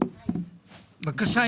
בבקשה.